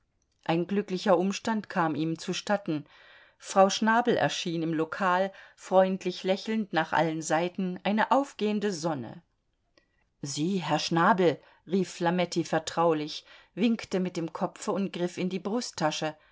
ein glücklicher umstand kam ihm zu statten frau schnabel erschien im lokal freundlich lächelnd nach allen seiten eine aufgehende sonne sie herr schnabel rief flametti vertraulich winkte mit dem kopfe und griff in die brusttasche